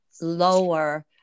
lower